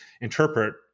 interpret